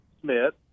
Smith